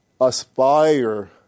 aspire